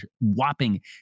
whopping